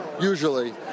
usually